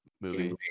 movie